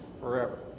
forever